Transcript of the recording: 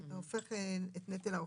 זה הופך את נטל ההוכחה.